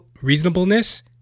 reasonableness